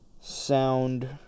Sound